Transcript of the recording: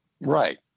Right